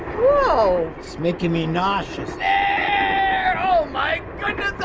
whoa. it's making me nauseous. oh my goodness,